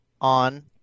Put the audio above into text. On